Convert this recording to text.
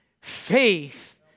Faith